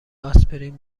آسپرین